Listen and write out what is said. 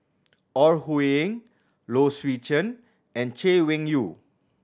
Ore Huiying Low Swee Chen and Chay Weng Yew